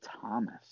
Thomas